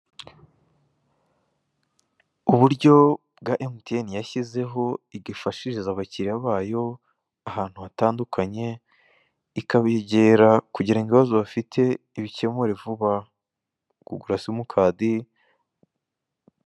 Uburyo bwa emutiyeni yashyizeho igifashirize abakiliya bayo ahantu hatandukanye, ikabegera kugira ngo ibibazo bafite ibikemure vuba kugura simukadi.